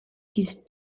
his